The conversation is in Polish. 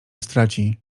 straci